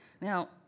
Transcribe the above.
Now